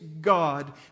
God